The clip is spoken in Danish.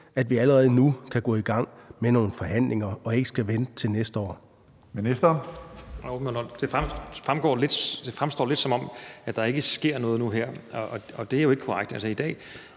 at vi allerede nu kan gå i gang med nogle forhandlinger og ikke skal vente til næste år?